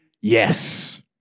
Yes